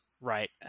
right